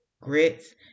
grits